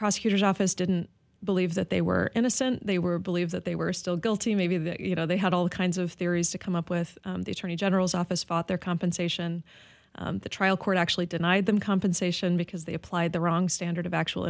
prosecutor's office didn't believe that they were innocent they were believe that they were still guilty maybe that you know they had all kinds of theories to come up with the attorney general's office fought their compensation the trial court actually denied them compensation because they applied the wrong standard of actual